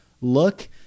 look